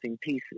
pieces